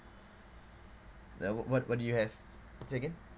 then what what do you have say again